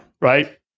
Right